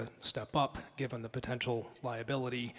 to step up given the potential liability